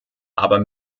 aber